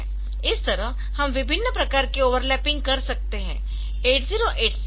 इस तरह हम विभिन्न प्रकार के ओवरलैपिंग कर सकते है